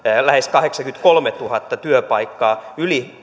lähes kahdeksankymmentäkolmetuhatta työpaikkaa yli